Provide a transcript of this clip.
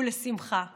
לשמחה ולשלום".